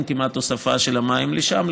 אין כמעט הוספה של מים לשם,